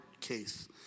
case